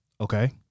Okay